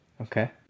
Okay